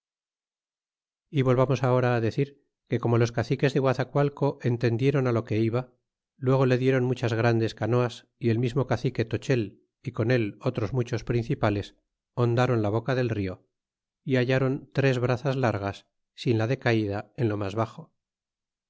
y volvamos ahora decir que como los caciques de guazacualco entendiéron lo que iba luego le diéron muchas grandes canoas y el mismo cacique tochel y con él otros muchos principales hondron la boca del rio é hallaron tres brazas largas sin la de caida en lo mas baxo